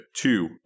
two